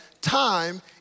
time